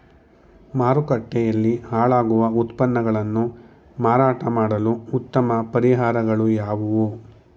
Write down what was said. ಮಾರುಕಟ್ಟೆಯಲ್ಲಿ ಹಾಳಾಗುವ ಉತ್ಪನ್ನಗಳನ್ನು ಮಾರಾಟ ಮಾಡಲು ಉತ್ತಮ ಪರಿಹಾರಗಳು ಯಾವುವು?